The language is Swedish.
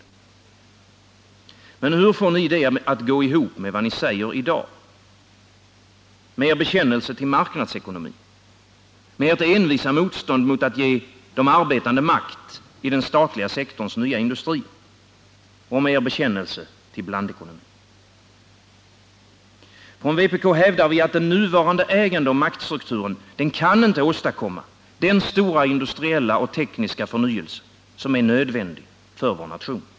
Men hur får ni det att gå ihop med vad ni säger i dag? Med er bekännelse till marknadsekonomin? Med ert envisa motstånd mot att ge de arbetande makt i den statliga sektorns nya industrier? Med er bekännelse till blandekonomin? Från vpk hävdar vi att den nuvarande ägandeoch maktstrukturen inte kan åstadkomma den stora industriella och tekniska förnyelse som är nödvändig för vår nation.